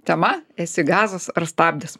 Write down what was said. tema esi gazas ar stabdis